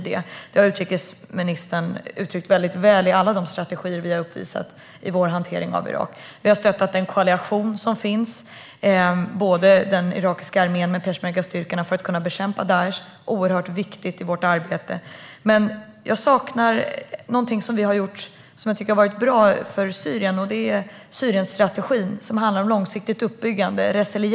Det har utrikesministern uttryckt väl i alla de strategier Sverige har uppvisat i hanteringen av Irak. Vi har stöttat koalitionen och irakiska armén med peshmergastyrkorna för att bekämpa Daish. Det har varit ett oerhört viktigt arbete. Jag saknar det som har varit bra för Syrien, Syrienstrategin, som handlar om långsiktigt uppbyggande - resiliens.